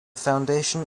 foundation